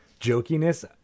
jokiness